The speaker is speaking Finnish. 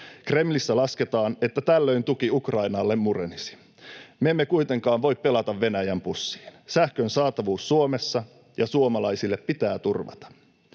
Kremlissä lasketaan, että tällöin tuki Ukrainalle murenisi. Me emme kuitenkaan voi pelata Venäjän pussiin. Sähkön saatavuus Suomessa ja suomalaisille pitää turvata.